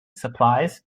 supplies